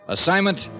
Assignment